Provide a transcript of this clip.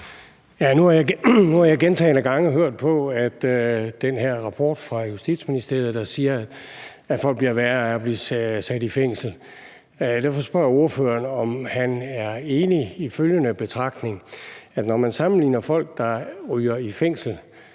Nu har jeg gentagne gange hørt på, at den her rapport fra Justitsministeriet siger, at folk bliver værre af at blive sat i fængsel. Derfor spørger jeg ordføreren, om han er enig i følgende betragtning: Når man sammenligner folk, der ryger i fængsel,